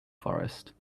forest